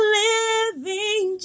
living